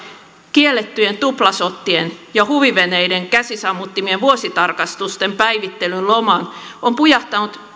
kiellettyjen tuplashottien ja huviveneiden käsisammuttimien vuositarkastusten päivittelyn lomaan on pujahtanut